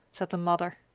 said the mother.